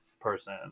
person